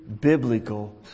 biblical